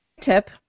tip